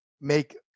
make